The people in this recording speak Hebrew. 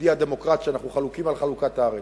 ידידי הדמוקרט, שאנחנו חלוקים על חלוקת הארץ.